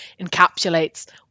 encapsulates